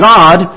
God